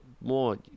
more